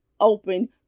open